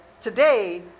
today